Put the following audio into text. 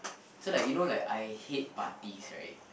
so like you know like I hate parties right